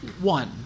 One